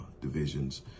divisions